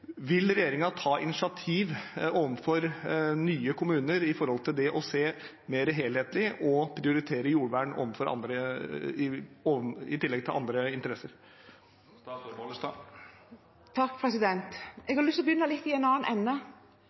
Vil regjeringen ta initiativ overfor nye kommuner når det gjelder å se mer helhetlig, og prioritere jordvern i tillegg til andre interesser? Jeg har lyst til å begynne litt i en annen ende.